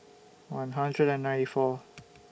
one hundred and ninety four